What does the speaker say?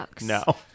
No